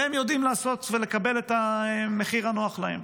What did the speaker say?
והם יודעים לעשות ולקבל את המחיר הנוח להם.